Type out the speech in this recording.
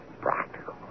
Practical